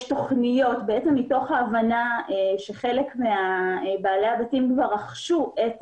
מתוך ההבנה שחלק מבעלי הבתים כבר רכשו את